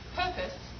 purpose